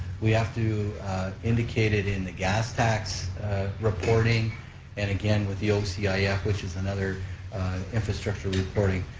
we have to indicate it in the gas tax reporting and again with the ocif, yeah which is another infrastructure reporting.